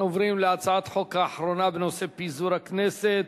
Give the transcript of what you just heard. אנחנו עוברים להצעת החוק האחרונה בנושא פיזור הכנסת: